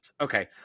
Okay